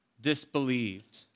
disbelieved